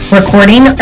recording